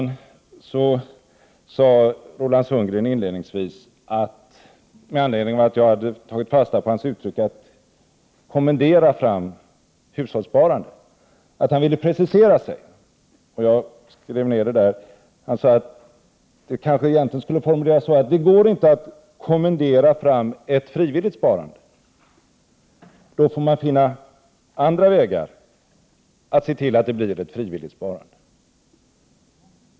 Inledningsvis sade Roland Sundgren, med anledning av att jag hade tagit fasta på hans uttryck ”att kommendera fram hushållssparande”, att han ville precisera sig. Han sade att det kanske egentligen skall formuleras så att det inte går att kommendera fram ett frivilligt sparande. Då får man finna andra vägar att se till att det blir ett frivilligt sparande.